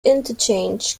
interchange